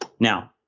now,